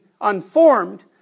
unformed